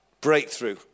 breakthrough